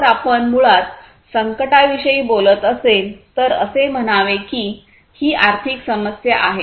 जर आपण मुळात संकटाविषयी बोलत असेल तर असे म्हणावे की ही आर्थिक समस्या आहे